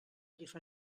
diferent